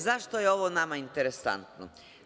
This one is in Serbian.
Zašto je ovo nama interesantno?